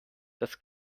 dass